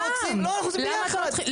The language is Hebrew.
אנחנו רוצים, לא, אנחנו עושים ביחד.